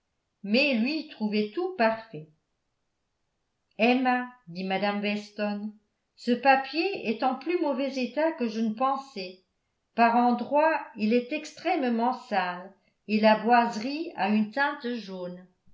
mais lui trouvait tout parfait emma dit mme weston ce papier est en plus mauvais état que je ne pensais par endroits il est extrêmement sale et la boiserie a une teinte jaune